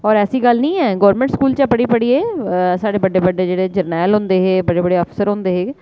और ऐसी गल्ल निं ऐ गौंरमैंट स्कूल चा पढ़ी पढ़ियै साढ़े बड्डे बड्डे जेह्ड़े जरनैल होंदे हे बड़े बड़े अफसर होंदे हे